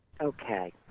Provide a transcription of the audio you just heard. Okay